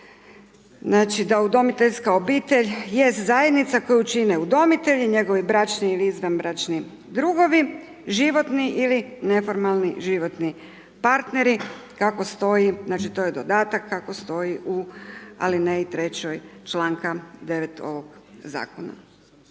znači, da udomiteljska obitelj jest zajednica koju čine udomitelj i njegovi bračni ili izvanbračni drugovi, životni ili neformalni životni partneri, kako stoji, znači to je dodatak, kako stoji u alineji trećoj članka 9. ovog Zakona.